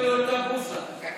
אוי לאותה בוסה.